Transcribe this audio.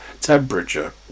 temperature